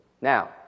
Now